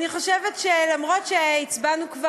אני חושבת שלמרות שכבר הצבענו,